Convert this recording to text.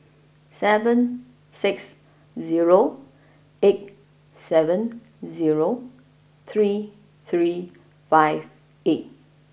seven six zero eight seven zero three three five eight